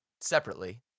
separately